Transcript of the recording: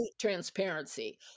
transparency